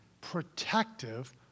protective